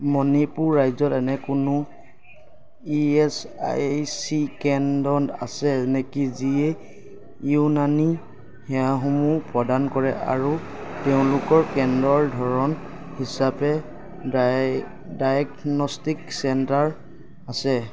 মণিপুৰ ৰাজ্যত এনে কোনো ই এচ আই চি কেন্দ্ৰ আছে নেকি যিয়ে ইউনানী সেৱাসমূহ প্ৰদান কৰে আৰু তেওঁলোকৰ কেন্দ্ৰৰ ধৰণ হিচাপে ডাইগ'ন'ষ্টিক চেণ্টাৰ আছে